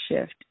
shift